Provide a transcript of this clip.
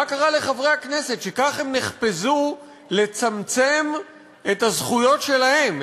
מה קרה לחברי הכנסת שכך הם נחפזו לצמצם את הזכויות שלהם,